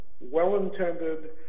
Well-intended